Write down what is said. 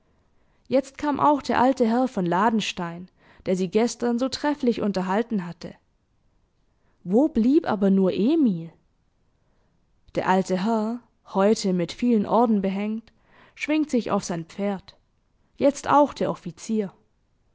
jetzt kam auch der alte herr von ladenstein der sie gestern so trefflich unterhalten hatte wo blieb aber nur emil der alte herr heute mit vielen orden behängt schwingt sich auf sein pferd jetzt auch der offizier